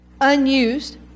unused